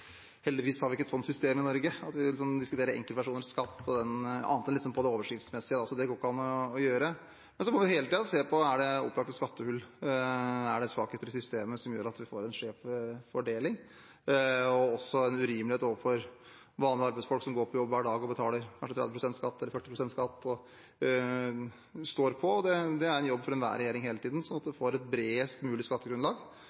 det ikke an å gjøre. Men vi må hele tiden se på om det er opplagte skattehull og svakheter i systemet som gjør at vi får en skjev fordeling og urimelighet overfor vanlige arbeidsfolk som går på jobb hver dag og betaler 30 pst. eller 40 pst. skatt og står på. Det er en jobb for enhver regjering hele tiden, slik at